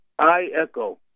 iEcho